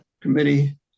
committee